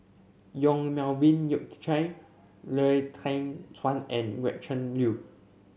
Yong Melvin Yik Chye Lau Teng Chuan and Gretchen Liu